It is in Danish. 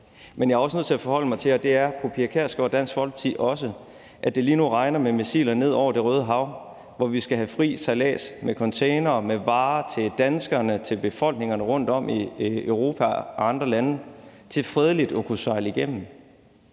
fru Pia Kjærsgaard og Dansk Folkeparti også, at det lige nu regner med missiler ned over Det Røde Hav, hvor vi skal have fri sejlads med containere med varer til danskerne og til befolkningerne rundtom i Europa og andre lande, og hvor man fredeligt skal kunne sejle igennem.